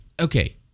Okay